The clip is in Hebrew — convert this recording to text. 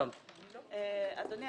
אדוני,